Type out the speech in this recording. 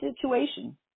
situation